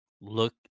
Look